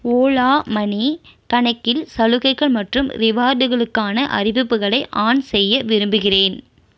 Ola money கணக்கில் சலுகைகள் மற்றும் ரிவார்டுகளுக்கான அறிவிப்புகளை ஆன் செய்ய விரும்புகிறேன்